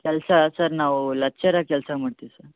ಕೆಲಸ ಸರ್ ನಾವೂ ಲಚ್ಚರಾಗಿ ಕೆಲ್ಸ ಮಾಡ್ತೀವಿ ಸರ್